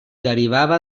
derivava